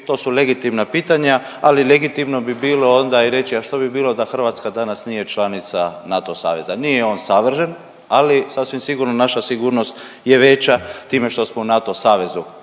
to su legitimna pitanja, ali legitimno bi bilo onda i reći, a što bi bilo da Hrvatska danas nije članica NATO saveza. Nije on savršen, ali sasvim sigurno naša sigurnost je veća time što smo u NATO savezu.